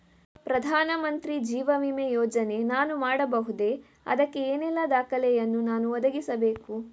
ಪ್ರಧಾನ ಮಂತ್ರಿ ಜೀವ ವಿಮೆ ಯೋಜನೆ ನಾನು ಮಾಡಬಹುದೇ, ಅದಕ್ಕೆ ಏನೆಲ್ಲ ದಾಖಲೆ ಯನ್ನು ನಾನು ಒದಗಿಸಬೇಕು?